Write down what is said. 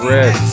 Red